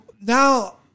now